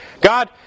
God